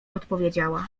odpowiedziała